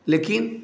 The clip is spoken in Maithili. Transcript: लेकिन